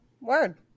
Word